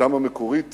תוכניתם המקורית